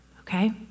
okay